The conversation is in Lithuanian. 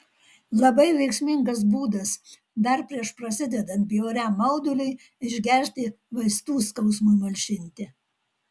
labai veiksmingas būdas dar prieš prasidedant bjauriam mauduliui išgerti vaistų skausmui malšinti